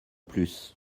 plus